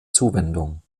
zuwendung